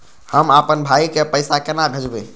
हम आपन भाई के पैसा केना भेजबे?